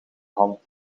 hand